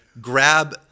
grab